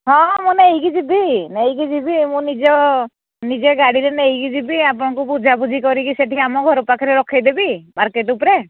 ହଁ ହଁ ମୁଁ ନେଇକି ଯିବି ନେଇକି ଯିବି ମୁଁ ନିଜ ନିଜେ ଗାଡ଼ିରେ ନେଇକି ଯିବି ଆପଣଙ୍କୁ ବୁଝାବୁଝି କରିକି ସେଠିକି ଆମ ଘର ପାଖରେ ରଖେଇଦେବି ମାର୍କେଟ୍ ଉପରେ